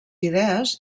idees